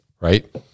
right